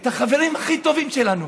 את החברים הכי טובים שלנו.